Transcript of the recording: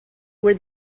were